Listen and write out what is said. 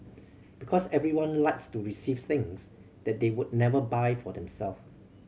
because everyone likes to receive things that they would never buy for them self